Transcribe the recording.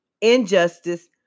injustice